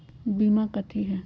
बीमा कथी है?